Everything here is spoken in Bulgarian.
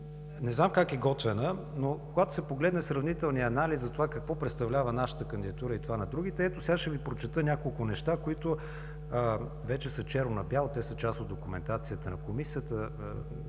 не знам как е готвена, но когато се погледне сравнителният анализ за това какво представлява нашата кандидатура и това на другите – ето, сега ще Ви прочета няколко неща, които са черно на бяло. Те са част от документацията на Комисията,